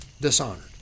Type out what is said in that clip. dishonored